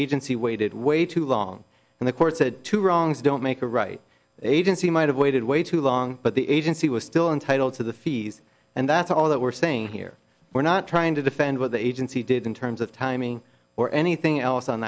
agency waited way too long and the court said two wrongs don't make a right agency might have waited way too long but the agency was still entitled to the fees and that's all that we're saying here we're not trying to defend what the agency did in terms of timing or anything else on